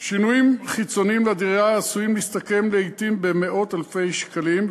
שינויים חיצוניים של דירה עשויים להסתכם לעתים במאות-אלפי שקלים,